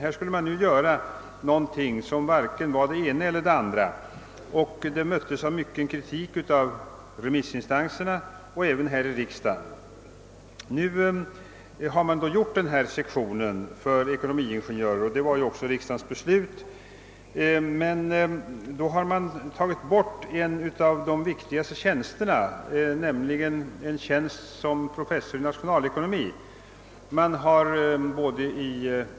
Här skulle man emellertid ge en utbildning som varken var det ena eller det andra, och detta möttes av stark kritik både från remissinstanserna och i riksdagen. Nu har man utformat sektionen för ekonomingenjörer som riksdagen beslöt, men man har tagit bort en av de viktigaste tjänsterna, nämligen tjänsten som professor i nationalekonomi.